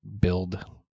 build